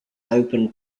open